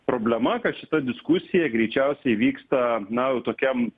problema kad šita diskusija greičiausiai vyksta na jau tokiam